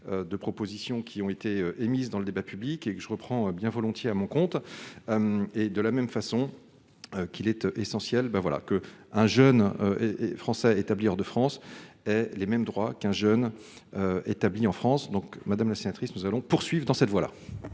propositions ont été émises dans le débat public ; je les reprends bien volontiers à mon compte. De la même façon, il est essentiel qu'un jeune Français établi hors de France ait les mêmes droits qu'un jeune établi en France. Madame la sénatrice, nous allons poursuivre dans cette voie